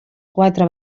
quatre